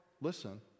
listen